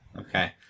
Okay